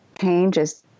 changes